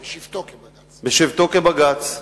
בשבתו כבג"ץ.